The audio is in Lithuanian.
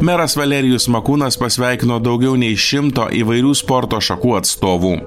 meras valerijus makūnas pasveikino daugiau nei šimto įvairių sporto šakų atstovų